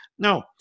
No